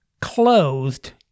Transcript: clothed